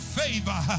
favor